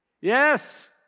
Yes